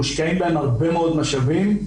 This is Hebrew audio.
ומושקעים בהם הרבה מאוד משאבים.